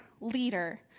leader